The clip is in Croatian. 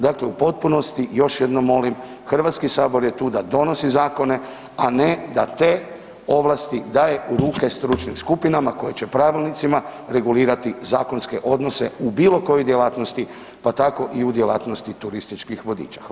Dakle u potpunosti, još jednom molim, Hrvatski sabor je tu da donosi zakone, a ne da te ovlasti daje u ruke stručnim skupinama koje će pravilnicima regulirati zakonske odnose u bilo kojoj djelatnosti, pa tako i u djelatnosti turističkih vodiča.